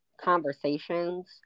conversations